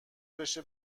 بشه